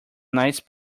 nice